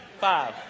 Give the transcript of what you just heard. Five